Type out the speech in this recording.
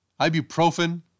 ibuprofen